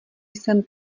jsem